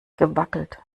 gewackelt